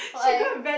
why